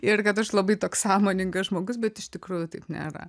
ir kad aš labai toks sąmoningas žmogus bet iš tikrųjų taip nėra